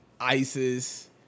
ISIS